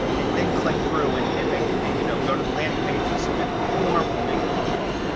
and then click through and and make and you know, go to the landing page and submit the form or make the phone call.